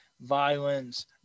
violence